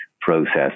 process